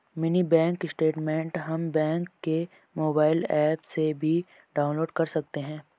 mini bank statement हम bank के mobile app से भी डाउनलोड कर सकते है